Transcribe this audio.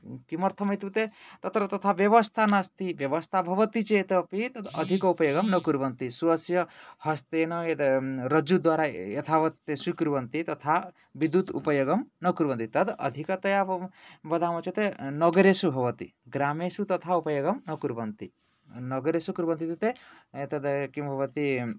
किमर्थमित्युक्ते तत्र तथा व्यवस्था नास्ति व्यवस्था भवति चेत् तत् अधिक उपयोगं न कुर्वन्ति स्वस्य हस्तेन रज्जुद्वारा यथावत् स्वीकुर्वन्ति तथा विद्युत् उपयोगं न कुर्वन्ति तद् अधिकतया वदामः चेत् नगरेषु भवति ग्रामेषु तथा उपयोगं न कुर्वन्ति नगरेषु कुर्वन्ति इत्युक्ते तद् किं भवति